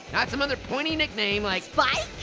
not some other pointy nickname like. spike?